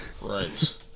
Right